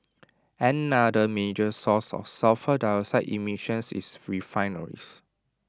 another major source of sulphur dioxide emissions is refineries